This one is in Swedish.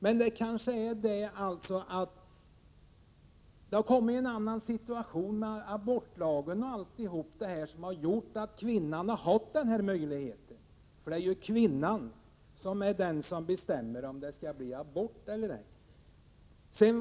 Men det kanske beror på att det nu är en annan situation, bl.a. på grund av abortlagens tillkomst, som har medfört att kvinnan nu har möjlighet att göra abort. Det är ju kvinnan som bestämmer om hon skall göra abort eller ej.